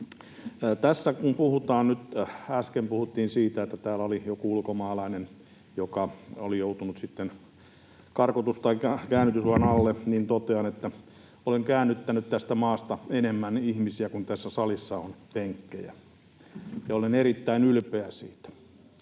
äsken puhuttiin siitä, että täällä oli joku ulkomaalainen, joka oli joutunut sitten karkotus- tai käännytysuhan alle, niin totean, että olen käännyttänyt tästä maasta enemmän ihmisiä kuin tässä salissa on penkkejä, ja olen erittäin ylpeä siitä,